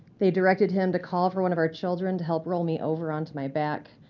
they directed him to call for one of our children to help roll me over onto my back.